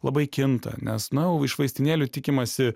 labai kinta nes na jau iš vaistinėlių tikimasi